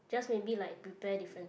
just maybe like prepare different